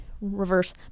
reverse